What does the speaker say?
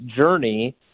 journey